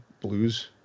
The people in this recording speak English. blues